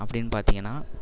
அப்படின் பார்த்தீங்கன்னா